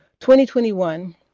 2021